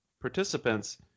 participants